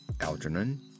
Algernon